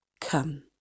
come